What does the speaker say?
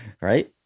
right